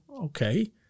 Okay